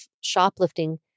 shoplifting